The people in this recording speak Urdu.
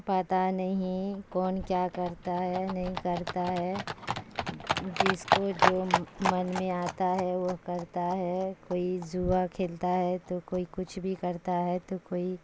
پتا نہیں کون کیا کرتا ہے نہیں کرتا ہے جس کو جو من میں آتا ہے وہ کرتا ہے کوئی جوا کھیلتا ہے تو کوئی کچھ بھی کرتا ہے تو کوئی